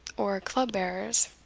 or club-bearers.